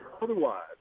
otherwise